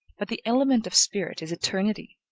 but the element of spirit is eternity.